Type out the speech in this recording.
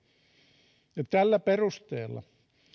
ei jää palveluja vaille tällä perusteella